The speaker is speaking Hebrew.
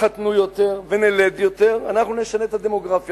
יתחתנו יותר ונלד יותר, אנחנו נשנה את הדמוגרפיה.